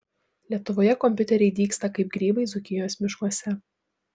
lietuvoje kompiuteriai dygsta kaip grybai dzūkijos miškuose